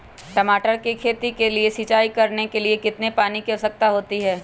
टमाटर की खेती के लिए सिंचाई करने के लिए कितने पानी की आवश्यकता होती है?